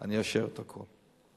אני אאשר את הכול.